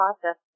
process